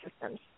systems